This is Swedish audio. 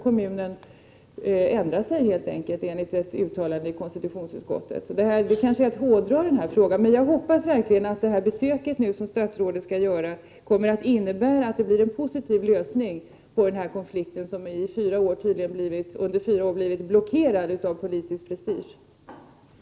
Man fick ändra sig i kommunen efter ett uttalande i konstitutionsutskottet. Det är kanske att hårdra denna fråga, men jag hoppas verkligen att det besök som statsrådet skall göra kommer att innebära att det blir en positiv lösning på denna konflikt som i fyra år har blivit blockerad av politisk prestige.